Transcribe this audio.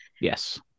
Yes